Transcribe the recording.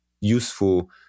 useful